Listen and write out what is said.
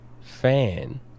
fan